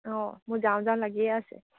অঁ মোৰ যাওঁ যাওঁ লাগিয়েই আছে